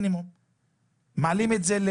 תיכף אני אענה גם על זה, רשמתי לי את זה.